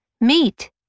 Meet